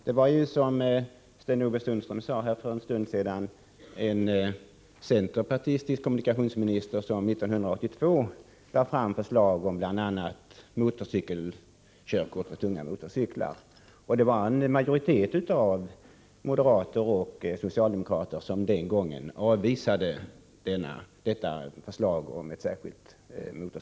Det var, som Sten-Ove Sundström sade för en stund sedan, en centerpartistisk kommunikationsminister som 1982 lade fram förslag om bl.a. särskilt körkort för tung motorcykel, och en majoritet av moderater och socialdemokrater avvisade den gången det förslaget.